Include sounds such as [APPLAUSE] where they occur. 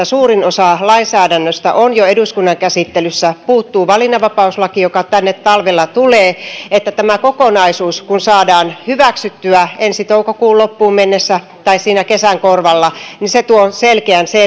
[UNINTELLIGIBLE] suurin osa tämän uudistuksen lainsäädännöstä on jo eduskunnan käsittelyssä puuttuu valinnanvapauslaki joka tänne talvella tulee tietää sen että kun tämä kokonaisuus saadaan hyväksyttyä ensi toukokuun loppuun mennessä tai siinä kesän korvalla se tuo selkeän